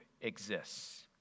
exists